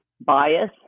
bias